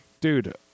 Dude